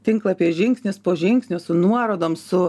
tinklapyje žingsnis po žingsnio su nuorodom su